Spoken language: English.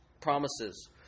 promises